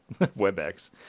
WebEx